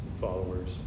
followers